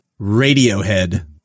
Radiohead